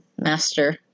master